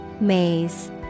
Maze